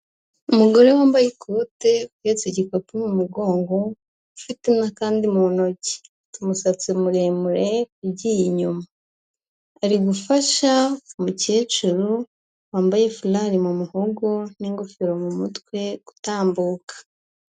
Umugore wambaye ikote uhetse igikapu mu mugongo, ufite akandi mu ntoki, umusatsi muremure ugiye inyuma ari gufasha umukecuru wambaye fulari mu muho n'ingofero mu mutwe gutambuka.